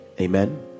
amen